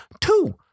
two